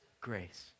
grace